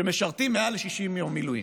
שמשרתים יותר מ-60 יום מילואים,